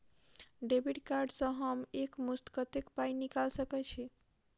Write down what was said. Debit card सँ हम एक मुस्त कत्तेक पाई निकाल सकय छी?